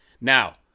Now